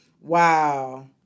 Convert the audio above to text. Wow